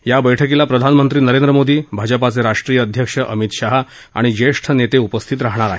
या बैठकीला प्रधानमंत्री नरेंद्र मोदी भाजपा अध्यक्ष अमित शाह आणि ज्येष्ठ नेते उपस्थित राहाणार आहेत